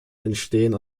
entstehen